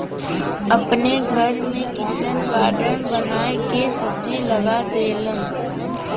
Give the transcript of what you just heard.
अपने घर में किचन गार्डन बनाई के सब्जी लगा देलन